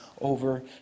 over